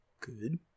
good